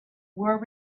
were